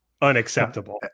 unacceptable